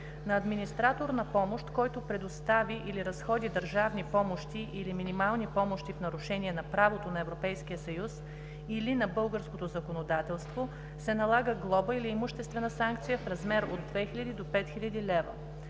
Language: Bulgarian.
На администратор на помощ, който предостави или разходи държавни помощи или минимални помощи в нарушение на правото на Европейския съюз или на българското законодателство, се налага глоба или имуществена санкция в размер от 2000 до 5000 лв.